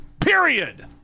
period